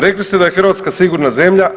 Rekli ste da je Hrvatska sigurna zemlja.